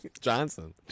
Johnson